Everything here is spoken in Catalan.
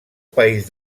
país